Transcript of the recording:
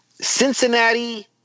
Cincinnati